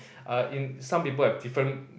uh some people have different